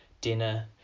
dinner